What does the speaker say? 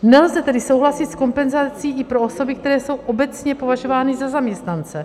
Nelze tedy souhlasit s kompenzací i pro osoby, které jsou obecně považovány za zaměstnance.